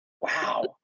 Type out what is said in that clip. Wow